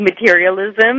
materialism